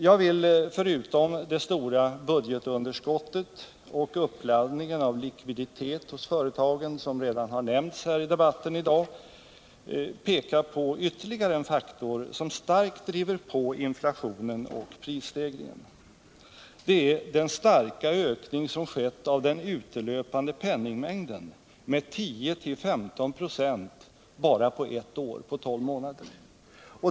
Jag vill förutom det stora budgetunderskottet och uppladdningen av likviditet hos företagen, som redan har nämnts här i debatten i dag, peka på ytterligare en faktor som starkt driver på inflationen och prisstegringarna. Det gäller den stora ökning som skett av den utelöpande penningmängden —- med 10-15 96 bara på 12 månader.